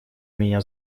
меня